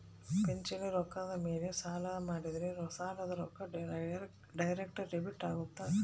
ಪಿಂಚಣಿ ರೊಕ್ಕ ಮೇಲೆ ಸಾಲ ಮಾಡಿದ್ರಾ ಸಾಲದ ರೊಕ್ಕ ಡೈರೆಕ್ಟ್ ಡೆಬಿಟ್ ಅಗುತ್ತ